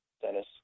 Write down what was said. Dennis